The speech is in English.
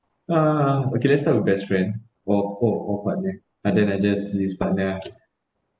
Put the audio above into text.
ah okay let's start with best friend or or or partner other than just is partner